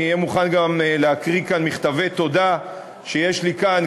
אני אהיה מוכן גם להקריא כאן מכתבי תודה שיש לי כאן,